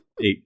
eight